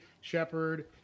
Shepard